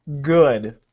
good